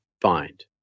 find